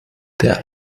der